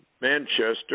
Manchester